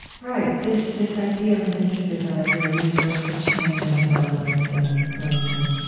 right. this this idea of mysticism as a resource for change and development within religion.